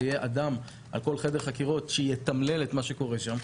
ויהיה אדם על כל חדר חקירות שיתמלל את מה שקורה שם,